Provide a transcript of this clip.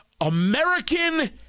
American